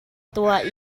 tuah